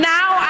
Now